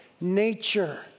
nature